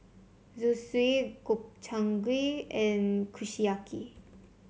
Zosui Gobchang Gui and Kushiyaki